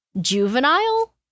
juvenile